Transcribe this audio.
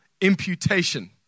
imputation